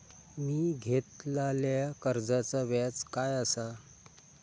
मी घेतलाल्या कर्जाचा व्याज काय आसा?